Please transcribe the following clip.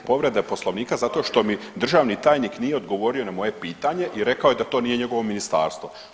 Dobro, povreda Poslovnika zato što mi državni tajnik nije odgovorio na moje pitanje i rekao je da to nije njegovo ministarstvo.